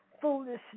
foolishness